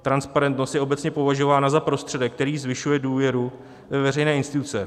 Transparentnost je obecně považována za prostředek, který zvyšuje důvěru ve veřejné instituce.